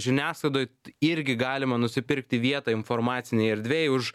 žiniasklaidoj t irgi galima nusipirkti vietą informacinėj erdvėj už